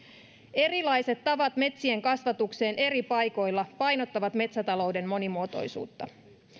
erilaiset tavat metsien kasvatukseen eri paikoilla painottavat metsätalouden monimuotoisuutta